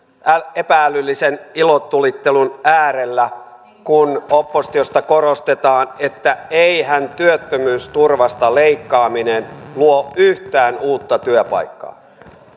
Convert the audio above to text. epä älyllisen ilotulittelun äärellä kun oppositiosta korostetaan että eihän työttömyysturvasta leikkaaminen luo yhtään uutta työpaikkaa